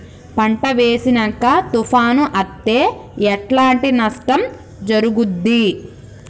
పంట వేసినంక తుఫాను అత్తే ఎట్లాంటి నష్టం జరుగుద్ది?